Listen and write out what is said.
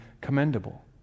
commendable